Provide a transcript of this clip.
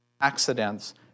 accidents